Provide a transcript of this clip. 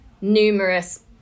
numerous